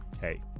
hey